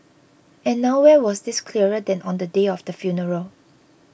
and nowhere was this clearer than on the day of the funeral